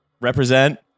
represent